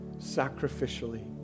sacrificially